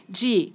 de